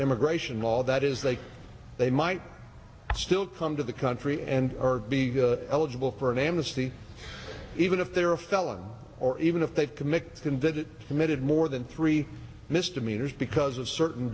immigration law that is they they might still come to the country and are be eligible for an amnesty even if they're a felon or even if they've committed can that committed more than three misdemeanors because of certain